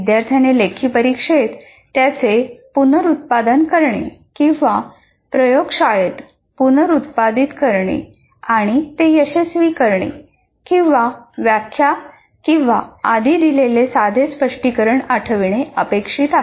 विद्यार्थ्याने लेखी परीक्षेत त्यांचे पुनरुत्पादन करणे किंवा प्रयोगशाळेत पुनरुत्पादित करणे आणि ते यशस्वी करणे किंवा व्याख्या किंवा आधी दिलेले साधे स्पष्टीकरण आठवणे अपेक्षित आहे